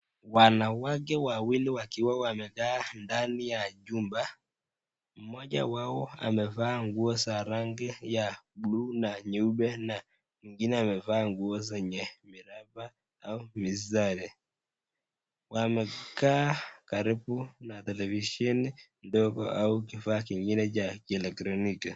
Wanawake wawili wakiwa wamekaa ndani ya chumba mmoja wao amevaa nguo za rangi ya buluu na nyeupe na mwingine amevaa nguo zenye miraba au mistari. Wamekaa karibu na televisheni ndogo au kifaa kingine cha kielektroniki.